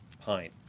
Pine